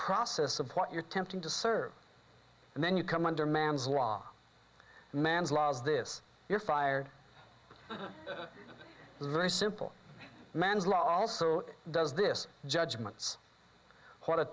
process of what you're tempting to serve and then you come under man's law man's laws this you're fired very simple man's law also does this judgments what a